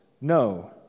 No